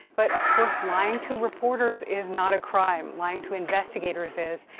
but, of course, lying to reporters is not a crime. lying to investigators is.